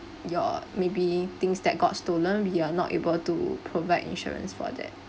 your maybe things that got stolen we are not able to provide insurance for that